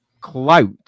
clout